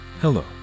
Hello